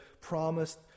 promised